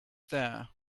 there